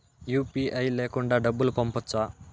UPI లేకుండా డబ్బు పంపొచ్చా